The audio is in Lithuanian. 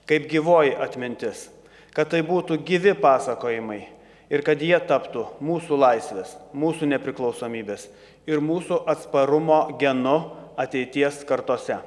kaip gyvoji atmintis kad tai būtų gyvi pasakojimai ir kad jie taptų mūsų laisvės mūsų nepriklausomybės ir mūsų atsparumo genu ateities kartose